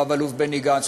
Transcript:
רב-אלוף בני גנץ,